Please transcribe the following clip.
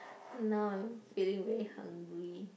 now I feeling very hungry